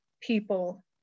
people